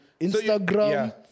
Instagram